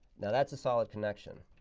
now, that's a solid connection.